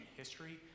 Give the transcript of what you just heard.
history